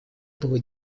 было